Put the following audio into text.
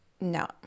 no